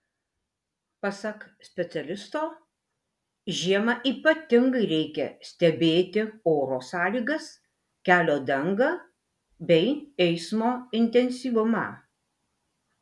pasak specialisto žiemą ypatingai reikia stebėti oro sąlygas kelio dangą bei eismo intensyvumą